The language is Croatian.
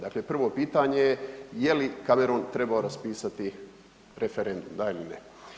Dakle, prvo pitanje je je li Cameron trebao raspisati referendum, da ili ne?